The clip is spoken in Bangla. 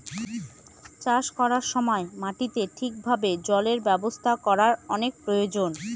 চাষ করার সময় মাটিতে ঠিক ভাবে জলের ব্যবস্থা করার অনেক প্রয়োজন